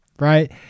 right